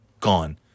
gone